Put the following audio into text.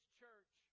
church